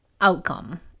outcome